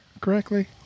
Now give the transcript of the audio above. correctly